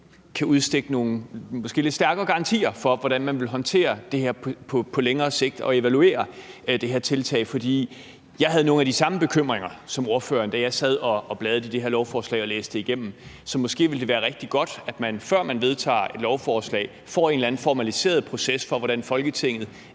kan udstikke nogle lidt stærkere garantier for, hvordan man vil håndtere det her på længere sigt og evaluere det her tiltag. For jeg havde nogle af de samme bekymringer som ordføreren, da jeg sad og bladrede i det her lovforslag og læste det igennem. Så måske ville det være rigtig godt, at man, før man vedtager et lovforslag, får en eller anden formaliseret proces for, hvordan Folketinget